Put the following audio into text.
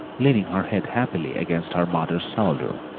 leaning her head happily against her mother's shoulder.